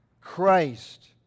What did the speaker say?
Christ